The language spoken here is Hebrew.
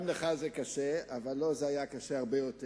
גם לך זה קשה, אבל לו זה היה קשה הרבה יותר.